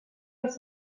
els